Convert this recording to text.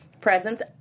presents